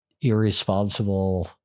Irresponsible